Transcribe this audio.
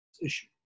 issue